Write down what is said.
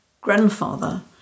grandfather